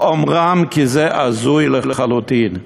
באומרם כי זה הזוי לחלוטין.